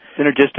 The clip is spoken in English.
Synergistic